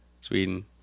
Sweden